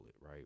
right